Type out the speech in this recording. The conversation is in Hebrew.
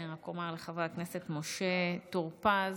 אני רק אומר לחבר הכנסת משה טור פז